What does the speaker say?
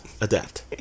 Adapt